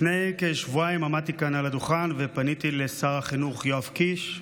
לפני כשבועיים עמדתי כאן על הדוכן ופניתי לשר החינוך יואב קיש.